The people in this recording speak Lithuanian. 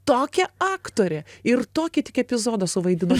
tokia aktorė ir tokį tik epizodą suvaidino